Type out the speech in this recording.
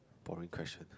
boring question